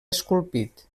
esculpit